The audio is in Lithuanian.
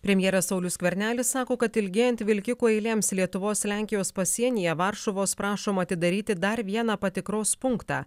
premjeras saulius skvernelis sako kad ilgėjant vilkikų eilėms lietuvos lenkijos pasienyje varšuvos prašoma atidaryti dar vieną patikros punktą